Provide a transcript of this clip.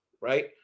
right